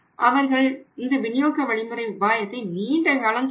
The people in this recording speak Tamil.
அவர்கள் இந்த விநியோக வழிமுறை உபாயத்தை நீண்ட காலம் தொடர்ந்தனர்